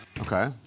Okay